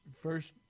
first